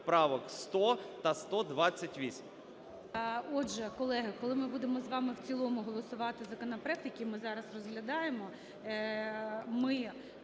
правок 100 та 128. ГОЛОВУЮЧИЙ. Отже, колеги, коли ми будемо з вами в цілому голосувати законопроект, який ми зараз розглядаємо, ми